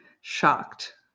shocked